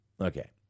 Okay